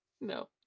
No